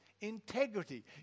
integrity